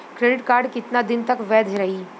Credit card कितना दिन तक वैध रही?